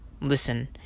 listen